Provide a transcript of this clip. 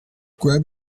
grab